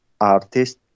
artist